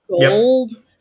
gold